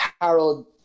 Harold